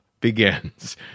begins